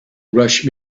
rush